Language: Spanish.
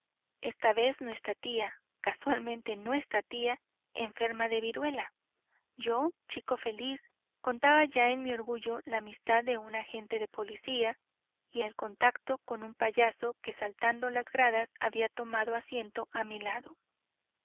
esta vez nuestra tía casualmente nuestra tía enferma de viruela yo chico feliz contaba ya en mi orgullo la amistad de un agente de policía y el contacto con un payaso que saltando las gradas había tomado asiento a mi lado